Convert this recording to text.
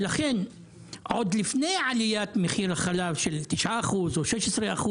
ולכן עוד לפני עליית מחיר החלב של 9% או 16%,